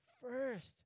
first